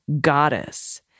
Goddess